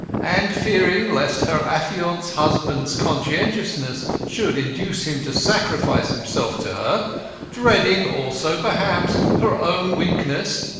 and, fearing lest her affianced husband's conscientiousness should induce him to sacrifice himself to her dreading also, perhaps, her own weakness,